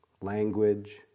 language